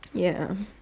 ya